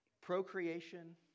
Procreation